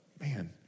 Man